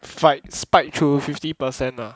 fight spike through fifty percent ah